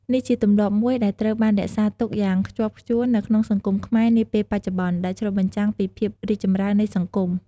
នេះជាទម្លាប់មួយដែលត្រូវបានរក្សាទុកយ៉ាងខ្ជាប់ខ្ជួននៅក្នុងសង្គមខ្មែរនាពេលបច្ចុប្បន្ន ដែលឆ្លុះបញ្ចាំងពីភាពរីកចម្រើននៃសង្គម។